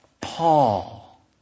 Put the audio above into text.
Paul